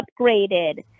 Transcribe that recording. upgraded